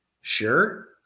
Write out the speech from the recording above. Sure